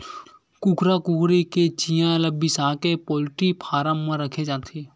कुकरा कुकरी के चिंया ल बिसाके पोल्टी फारम म राखे जाथे